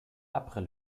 après